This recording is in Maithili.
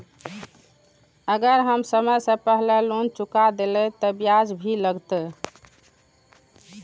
अगर हम समय से पहले लोन चुका देलीय ते ब्याज भी लगते?